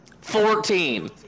Fourteen